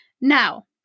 Now